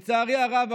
לצערי הרב,